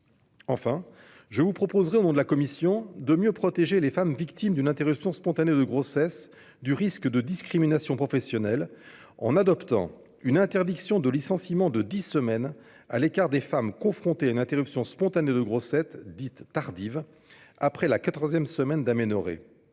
Enfin, je vous proposerai, au nom de la commission, de mieux protéger les femmes victimes d'une interruption spontanée de grossesse contre le risque de discrimination professionnelle en adoptant une interdiction de licenciement de dix semaines à l'égard des femmes confrontées à une interruption spontanée de grossesse dite « tardive », après la quatorzième semaine d'aménorrhée.